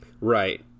right